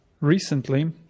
recently